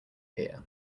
pier